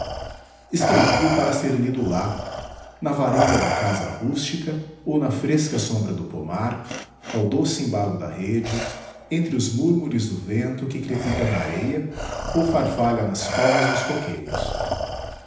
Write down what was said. virgem escrevi o para ser lido lá na varanda da casa rústica ou na fresca sombra do pomar ao doce embalo da rede entre os múrmures do vento que crepita na areia ou farfalha nas palmas dos coqueiros